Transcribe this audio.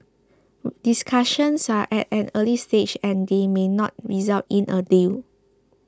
discussions are at an early stage and they may not result in a deal